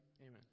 Amen